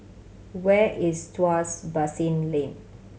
where is Tuas Basin Lane